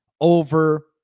over